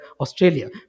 Australia